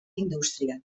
indústria